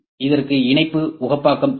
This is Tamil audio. எனவே இணைப்பு உகப்பாக்கம் தேவை